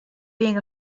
being